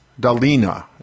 dalina